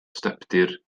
stepdir